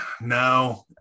No